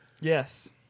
Yes